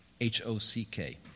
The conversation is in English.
H-O-C-K